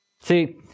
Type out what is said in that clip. See